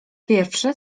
pierwsze